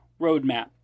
Roadmap